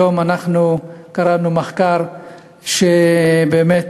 היום קראנו מחקר שבאמת